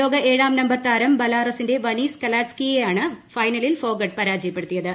ലോക ഏഴാം നമ്പർ താരം ബലാറസിന്റെ വനീസ കലാഡ്സ്കിയയെയാണ് ഫൈനലിൽ ഫോഗട്ട് പരാജയപ്പെടുത്തിയത്